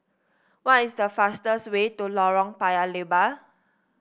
what is the fastest way to Lorong Paya Lebar